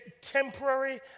temporary